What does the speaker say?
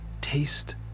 taste